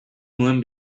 nuen